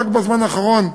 רק בזמן האחרון,